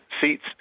seats